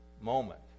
moment